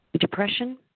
depression